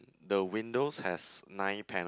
the windows has nine panel